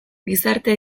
gizarte